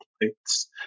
plates